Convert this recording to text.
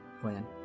plan